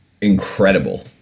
incredible